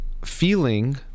feeling